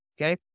okay